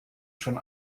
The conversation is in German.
schon